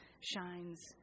shines